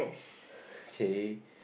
okay